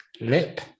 lip